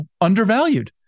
undervalued